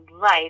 life